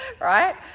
right